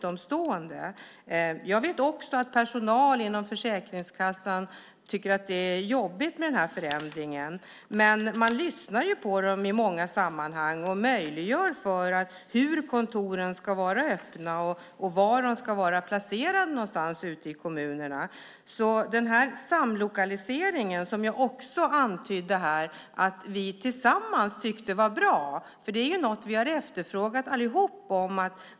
Även jag vet att personal inom Försäkringskassan tycker att förändringen är jobbig, men man lyssnar på dem i många sammanhang, som hur kontoren ska vara öppna och var i kommunerna de ska vara placerade. Den samlokalisering som nu sker är något vi allesammans efterfrågat, och som jag antydde tidigare tycker vi alla att den är bra.